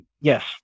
yes